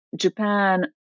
Japan